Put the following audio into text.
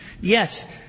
Yes